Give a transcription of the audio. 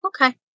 Okay